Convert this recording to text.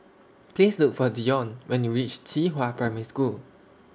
Please Look For Dion when YOU REACH Qihua Primary School